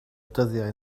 dyddiau